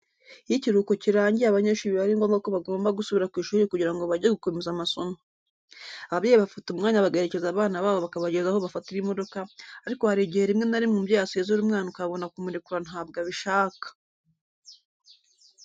Iyo ikiruhuko kirangiye abanyeshuri biba ari ngombwa ko bagomba gusubira ku ishuri kugira ngo bajye gukomeza amasomo. Ababyeyi bafata umwanya bagaherekeza abana babo bakabageza aho bafatira imodoka ariko hari igihe rimwe na rimwe umubyeyi asezera umwana ukabona kumurekura ntabwo abishaka.